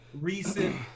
recent